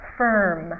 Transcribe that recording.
firm